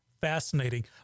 fascinating